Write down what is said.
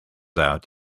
out